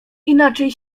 inaczej